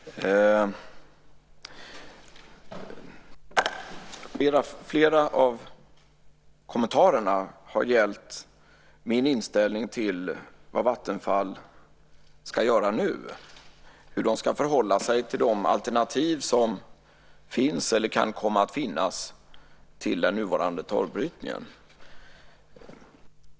Herr talman! Flera av kommentarerna har gällt min inställning till vad Vattenfall ska göra nu, hur de ska förhålla sig till de alternativ som finns eller kan komma att finnas till den nuvarande torvbrytningen.